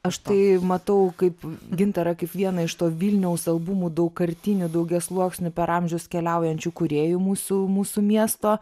aš tai matau kaip gintarą kaip vieną iš to vilniaus albumų daugkartinių daugiasluoksnių per amžius keliaujančių kūrėjų mūsų mūsų miesto